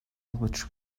which